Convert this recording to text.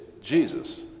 Jesus